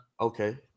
Okay